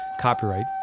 copyright